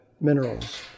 minerals